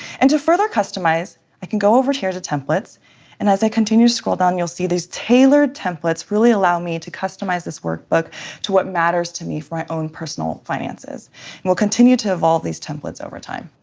and to further customize, i can go over here to templates and as i continue to scroll down, you'll see these tailored templates really allow me to customize this workbook to what matters to me for my own personal finances, and we'll continue to evolve these templates over time.